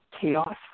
chaos